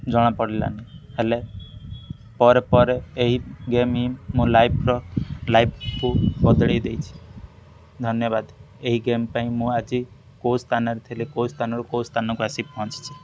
ଜଣା ପଡ଼ିଲାନି ହେଲେ ପରେ ଏହି ଗେମ୍ ହିଁ ମୋ ଲାଇଫ୍ର ଲାଇଫକୁ ବଦଳେଇ ଦେଇଛି ଧନ୍ୟବାଦ ଏହି ଗେମ୍ ପାଇଁ ମୁଁ ଆଜି କେଉଁ ସ୍ଥାନରେ ଥିଲି କେଉଁ ସ୍ଥାନରୁ କେଉଁ ସ୍ଥାନକୁ ଆସି ପହଞ୍ଚିଛି